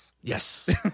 Yes